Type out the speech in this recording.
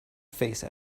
face